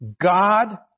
God